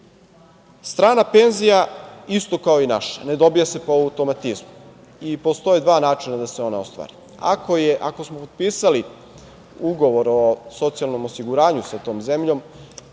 penzija, isto kao i naša, ne dobija se po automatizmu i postoje dva načina da se ona ostvari. Ako smo potpisali ugovor o socijalnom osiguranju sa tom zemljom